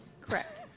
Correct